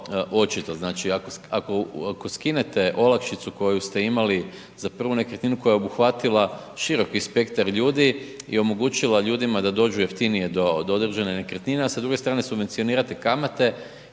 znači ako skinete olakšicu koju ste imali za prvu nekretninu koja je obuhvatila široki spektar ljudi i omogućila ljudima da dođu jeftinije do određene nekretnine, a sa druge strane subvencionirate kamate